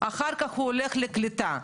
אני רוצה לשמוע את משרד הקליטה.